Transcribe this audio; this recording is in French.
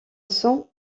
son